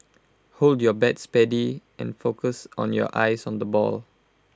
hold your bat steady and focus on your eyes on the ball